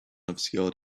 obscured